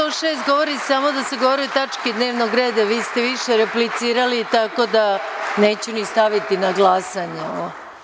Član 106. govori samo da se govori o tački dnevnog reda, a vi ste više replicirali, tako da neću ni staviti na glasanje ovo.